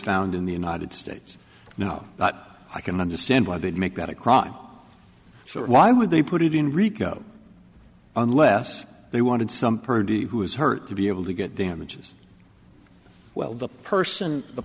found in the united states no but i can understand why they'd make that a crime so why would they put it in rico unless they wanted some purdy who was hurt to be able to get damages well the person the